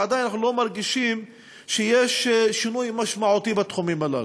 ועדיין אנחנו לא מרגישים שיש שינוי משמעותי בתחומים הללו.